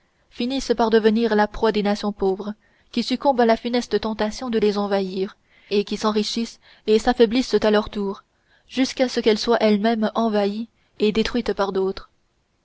finissent par devenir la proie des nations pauvres qui succombent à la funeste tentation de les envahir et qui s'enrichissent et s'affaiblissent à leur tour jusqu'à ce qu'elles soient elles-mêmes envahies et détruites par d'autres